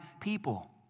people